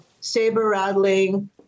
saber-rattling